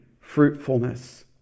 fruitfulness